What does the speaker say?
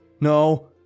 no